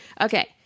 Okay